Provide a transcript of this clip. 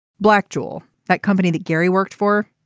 black jewel that company that gary worked for.